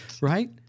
Right